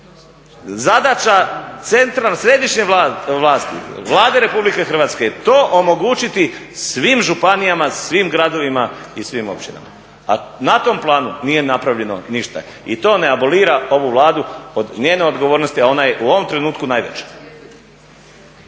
Zadaća središnje vlasti, Vlade Republike Hrvatske je to omogućiti svim županijama, svim gradovima i svim općinama a na tom planu nije napravljeno ništa. I to ne abolira ovu Vladu od njene odgovornosti a ona je u ovom trenutku najveća.